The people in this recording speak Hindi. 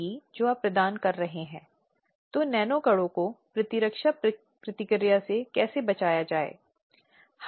इसलिए एक बार हम समझ गए हैं कि पीड़ित की भूमिका क्या है या पीड़ित को उस अधिनियम के संदर्भ में खुद को कैसे आचरण करना चाहिए जिसे निर्धारित किया गया है